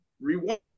rewind